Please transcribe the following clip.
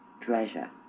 treasure